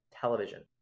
television